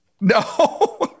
No